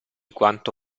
quanto